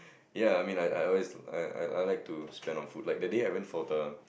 ya I mean like I always I I I like to spend on food like that day I went for the